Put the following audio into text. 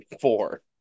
four